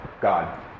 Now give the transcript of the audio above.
God